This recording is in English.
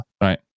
right